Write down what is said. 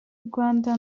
rwanda